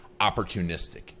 opportunistic